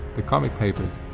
the comic papers,